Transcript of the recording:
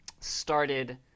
started